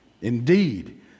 Indeed